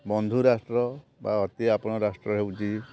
ବନ୍ଧୁ ରାଷ୍ଟ୍ର ବା ଅତି ଆପଣାର ରାଷ୍ଟ୍ର ହେଉଛି